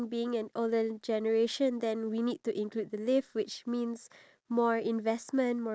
to think of it we're doing stuff that we don't even see whether it will benefit us or not